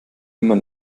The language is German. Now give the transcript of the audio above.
immer